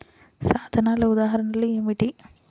సాధనాల ఉదాహరణలు ఏమిటీ?